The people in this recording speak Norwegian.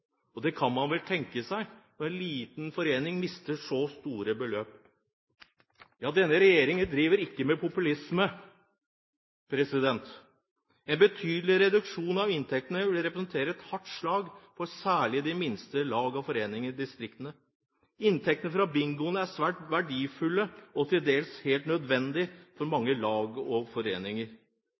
dem. Det kan man vel tenke seg, når en liten forening mister så store beløp. Denne regjeringen driver ikke med populisme! En betydelig reduksjon av inntektene vil representere et hardt slag særlig for de minste lagene og foreningene i distriktene. Inntektene fra bingoene er svært verdifulle, og til dels helt nødvendige for mange lag og foreninger.